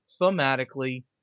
thematically